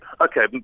Okay